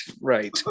Right